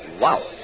Wow